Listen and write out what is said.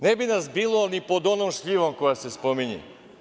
Ne bi nas bilo ni pod onom šljivom koja se spominje.